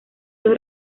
los